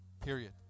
period